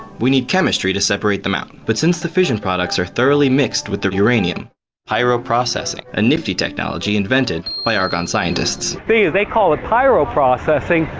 we need chemistry to separate them out. but since the fission products are thoroughly mixed with the uranium pyroprocessing. a nifty technology invented by argon scientists. thing is, they call it pyroprocessing,